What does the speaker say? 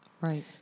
Right